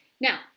Now